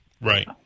Right